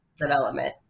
development